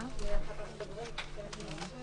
17:50.